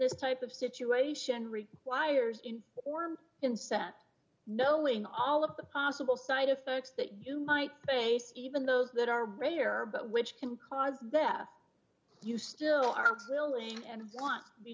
this type of situation requires informed consent knowing all of the possible side effects that you might face even those that are rare but which can cause death you still aren't willing and want to be